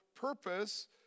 purpose